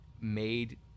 made